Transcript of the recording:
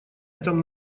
этом